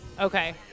Okay